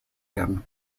him